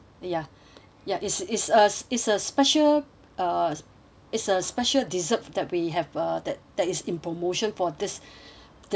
ya is is a is a special uh it's a special dessert that we have uh that that is in promotion for this this month